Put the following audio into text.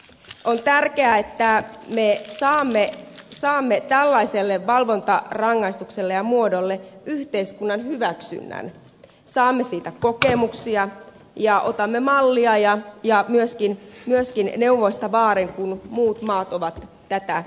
on tärkeää että me saamme tällaiselle valvontarangaistukselle ja muodolle yhteiskunnan hyväksynnän saamme siitä kokemuksia ja otamme mallia ja myöskin neuvoista vaarin kun muut maat ovat tätä toteuttaneet